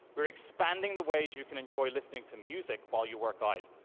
we're expanding the ways you can enjoy listening to music while you work out.